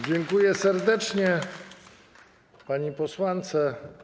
Dziękuję serdecznie pani posłance.